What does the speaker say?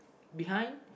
behind